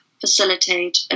facilitate